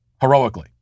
heroically